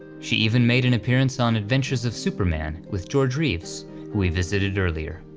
she even made an appearance on adventures of superman with george reeves who we visited earlier.